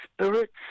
spirits